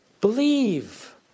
believe